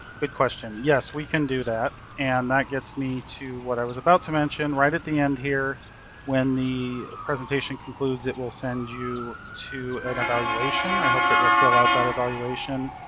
good question, yes, we can do that and that gets me to what i was about to mention. right at the end here when the presentation concludes, it will send you to an evaluation. i hope that you'll fill out that evaluation.